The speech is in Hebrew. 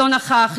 לא נכח,